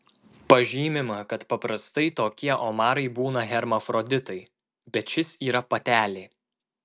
pažymima kad paprastai tokie omarai būna hermafroditai bet šis yra patelė